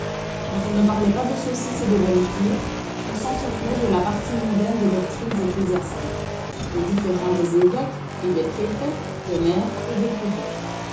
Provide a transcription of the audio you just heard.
quand on ne parlait pas de saucisses et de bonnes cures on s'entretenait de la partie mondaine des doctrines ecclésiastiques des différends des évêques et des préfets des maires et des curés